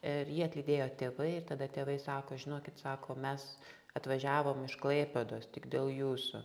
ir jį atlydėjo tėvai ir tada tėvai sako žinokit sako mes atvažiavom iš klaipėdos tik dėl jūsų